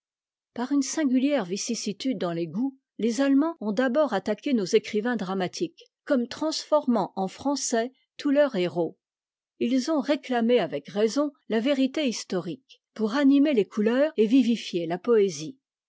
par une singulière vicissitude dans les goûts les allemands ont d'abord attaqué nos écrivains dramatiques comme transformant en français tous leurs héros ils ont réclamé avec raison la vérité historique pour animer les couleurs et vivifier la poésie